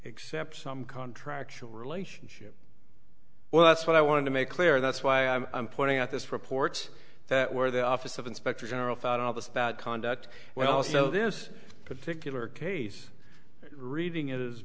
except some contractor relationship well that's what i want to make clear that's why i'm pointing out this reports that where the office of inspector general found all this bad conduct well so this particular case reading it